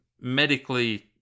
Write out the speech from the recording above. medically